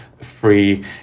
free